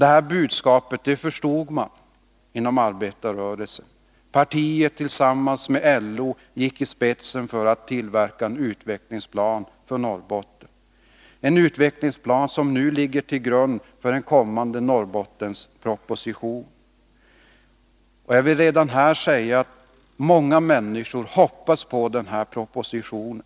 Det här budskapet förstod man inom arbetarrörelsen. Partiet tillsammans med LO gick i spetsen för att framställa en utvecklingplan för Norrbotten, som kommer att ligga till grund för en blivande Norrbottensproposition. Jag vill redan nu säga att många människor hoppas på den här propositionen.